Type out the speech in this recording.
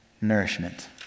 Nourishment